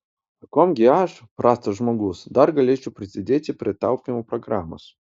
o kuom gi aš prastas žmogus dar galėčiau prisidėti prie taupymo programos